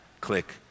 Click